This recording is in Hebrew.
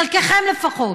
חלקכם לפחות,